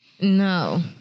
No